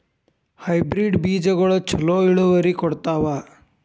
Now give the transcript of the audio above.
Hybrid ಬೇಜಗೊಳು ಛಲೋ ಇಳುವರಿ ಕೊಡ್ತಾವ?